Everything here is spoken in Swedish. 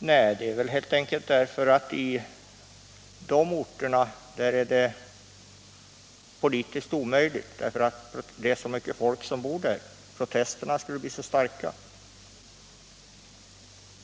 Anledningen till att man inte gör någonting sådant är väl helt enkelt den att det på de orterna är politiskt omöjligt, därför att det bor så mycket folk där. Protesterna skulle bli så starka.